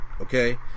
Okay